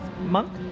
month